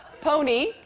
Pony